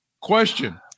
Question